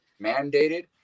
mandated